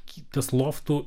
kitas loftų